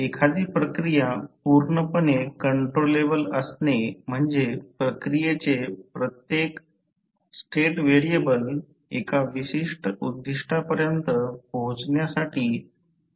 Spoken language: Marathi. एखादी प्रक्रिया पूर्णपणे कंट्रोलेबल असणे म्हणजे प्रक्रियेचा प्रत्येक स्टेट व्हेरिएबल एका विशिष्ट उद्दीष्टापर्यंत पोहोचण्यासाठी नियंत्रित केले जाऊ शकते